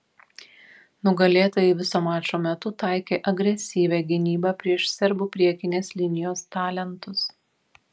nugalėtojai viso mačo metu taikė agresyvią gynybą prieš serbų priekinės linijos talentus